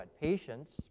Patience